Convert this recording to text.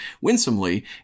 winsomely